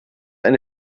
eine